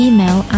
Email